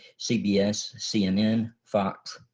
cbs, cnn, fox,